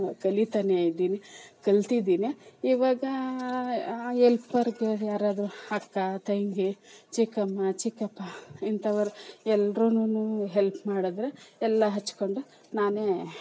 ಕಲಿತಾನೇ ಇದ್ದೀನಿ ಕಲ್ತಿದ್ದೀನಿ ಇವಾಗ ಹೆಲ್ಪರ್ಗೆ ಯಾರಾದರೂ ಅಕ್ಕ ತಂಗಿ ಚಿಕ್ಕಮ್ಮ ಚಿಕ್ಕಪ್ಪ ಇಂಥವ್ರು ಎಲ್ರೂನು ಹೆಲ್ಪ್ ಮಾಡಿದ್ರೆ ಎಲ್ಲ ಹಚ್ಕೊಂಡು ನಾನೇ